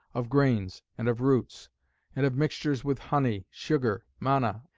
of grains, and of roots and of mixtures with honey, sugar, manna,